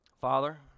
Father